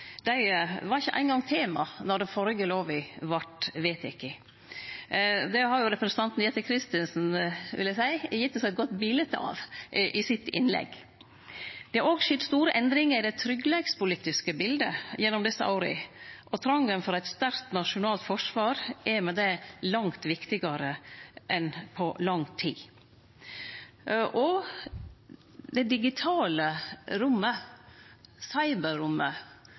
var ikkje eingong tema då den førre lova vart vedteken. Det har, vil eg seie, representanten Jette F. Christensen gitt oss eit godt bilete av i innlegget sitt. Det har òg skjedd store endringar i det tryggleikspolitiske biletet gjennom desse åra. Eit sterkt nasjonalt forsvar er med det langt viktigare enn på lang tid, og det digitale rommet,